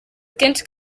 kenshi